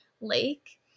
lake